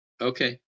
Okay